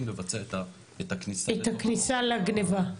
לבצע את הכניסה --- את הכניסה לגניבה.